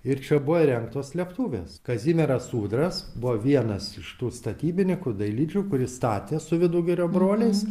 ir čia buvo įrengtos slėptuvės kazimieras ūdras buvo vienas iš tų statybininkų dailidžių kuris statė su vidugirio broliais